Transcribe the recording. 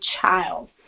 child